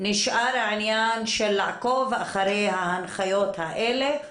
נשאר העניין של לעקוב אחרי ההנחיות האלה,